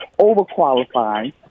overqualified